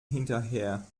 hinterher